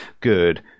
good